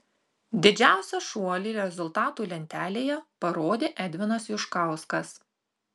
didžiausią šuolį rezultatų lentelėje parodė edvinas juškauskas